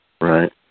Right